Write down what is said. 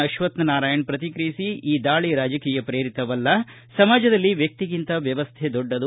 ಅಶ್ವಕ್ಷನಾರಾಯಣ ಪ್ರತಿಕ್ರಿಯಿಸಿ ಈ ದಾಳಿ ರಾಜಕೀಯ ಪ್ರೇರಿತವಲ್ಲ ಸಮಾಜದಲ್ಲಿ ವ್ಯಕ್ತಿಗಿಂತ ವ್ವವಸ್ಥೆ ದೊಡ್ಡದು